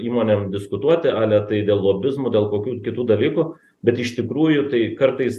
įmonėm diskutuoti ale tai dėl lobizmo dėl kokių kitų dalykų bet iš tikrųjų tai kartais